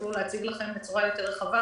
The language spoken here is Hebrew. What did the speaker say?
ויוכלו להציג לכם בצורה יותר רחבה,